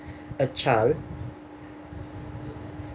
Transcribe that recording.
a child